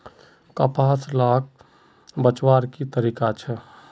कपास लाक नमी से बचवार की तरीका छे?